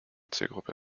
zielgruppe